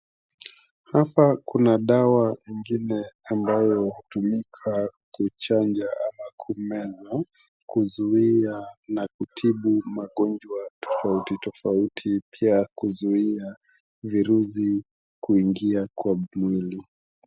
Hapa kuna dawa ingine ambayo hutumika kuchanja ama kumeza, kuzuia na kutibu magonjwa tofauti tofauti, Pia kuzuia virusi kuingia kwa mwili.